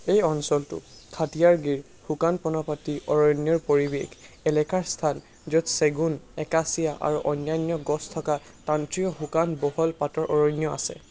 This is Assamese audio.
এই অঞ্চলটো খাথিয়াৰ গিৰ শুকান পৰ্ণপাতী অৰণ্যৰ পৰিৱেশ এলেকাৰ স্থান য'ত চেগুন একাচিয়া আৰু অন্যান্য গছ থকা ত্ৰান্তীয় শুকান বহল পাতৰ অৰণ্য আছে